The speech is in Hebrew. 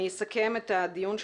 אני אסכם את הדיון.